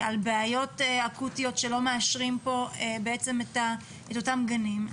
על בעיות אקוטיות שלא מאשרים פה את אותם גנים,